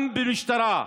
גם במשטרה,